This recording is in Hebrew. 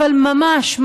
אבל ממש,